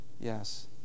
Yes